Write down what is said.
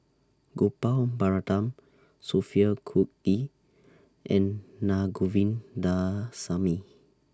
Gopal Baratham Sophia Cooke and Naa Govindasamy